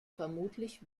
vermutlich